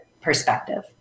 perspective